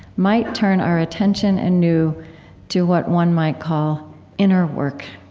might turn our attention and new to what one might call inner work.